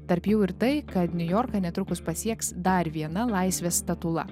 tarp jų ir tai kad niujorką netrukus pasieks dar viena laisvės statula